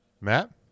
Matt